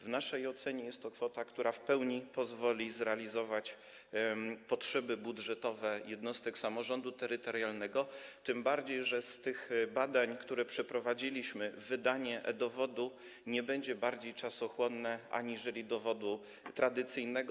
W naszej ocenie jest to kwota, która w pełni pozwoli zrealizować potrzeby budżetowe jednostek samorządu terytorialnego, tym bardziej że z tych badań, które przeprowadziliśmy, wynika, że wydanie takiego dowodu nie będzie bardziej czasochłonne aniżeli wydanie dowodu tradycyjnego.